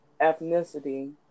ethnicity